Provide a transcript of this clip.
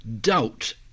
doubt